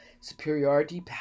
superiority